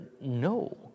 no